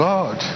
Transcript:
God